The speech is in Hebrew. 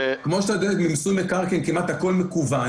כמו ש- -- ומיסוי מקרקעין כמעט הכול מקוון